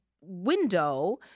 window